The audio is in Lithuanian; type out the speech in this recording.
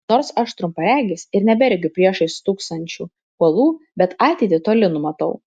nors aš trumparegis ir neberegiu priešais stūksančių uolų bet ateitį toli numatau